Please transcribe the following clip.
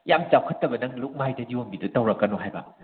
ꯑꯁ ꯌꯥꯝ ꯆꯥꯎꯈꯠꯇꯕ ꯅꯪ ꯂꯨꯛꯃꯥꯏꯗ ꯌꯣꯟꯕꯤꯗꯣ ꯅꯪ ꯇꯧꯔꯛꯀꯅꯣ ꯍꯥꯏꯕ